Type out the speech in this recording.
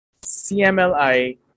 CMLI